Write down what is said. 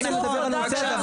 שנייה,